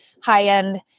high-end